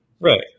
Right